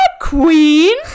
queen